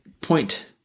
point